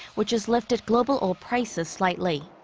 which has lifted global oil prices slightly.